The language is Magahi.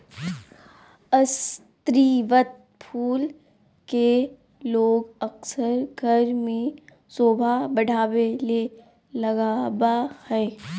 स्रीवत फूल के लोग अक्सर घर में सोभा बढ़ावे ले लगबा हइ